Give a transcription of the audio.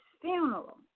funeral